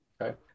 Okay